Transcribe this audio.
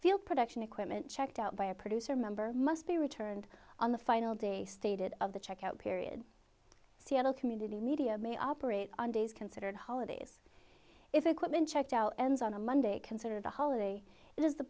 field production equipment checked out by a producer member must be returned on the final day stated of the check out period seattle community media may operate on days considered holidays if equipment checked out ends on a monday considered the holiday it is the